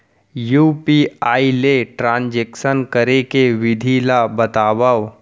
UPI ले transaction करे के विधि ला बतावव?